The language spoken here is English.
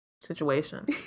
situation